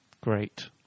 Great